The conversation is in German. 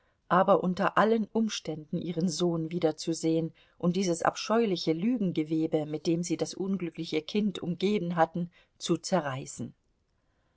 aber unter allen umständen ihren sohn wiederzusehen und dieses abscheuliche lügengewebe mit dem sie das unglückliche kind umgeben hatten zu zerreißen